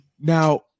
now